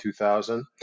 2000